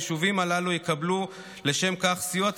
היישובים הללו יקבלו לשם כך סיוע תקציבי,